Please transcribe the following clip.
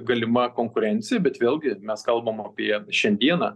galima konkurencija bet vėlgi mes kalbam apie šiandieną